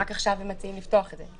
רק עכשיו הם מציעים לפתוח את זה.